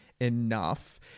enough